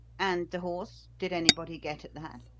and the horse? did anybody get at that?